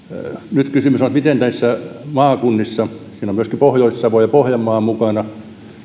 nyt kysymys on se miten näissä maakunnissa siinä on myöskin pohjois savo ja pohjanmaa mukana